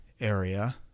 area